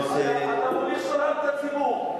אתה מוליך שולל את הציבור.